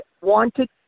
wanted